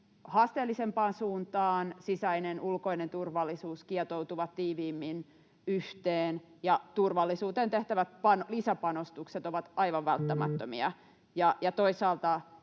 haasteellisempaan suuntaan. Sisäinen ja ulkoinen turvallisuus kietoutuvat tiiviimmin yhteen, ja turvallisuuteen tehtävät lisäpanostukset ovat aivan välttämättömiä.